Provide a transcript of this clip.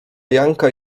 janka